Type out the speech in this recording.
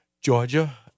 Georgia